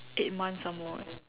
eight months some more eh